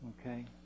Okay